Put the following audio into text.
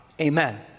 Amen